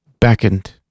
beckoned